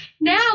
now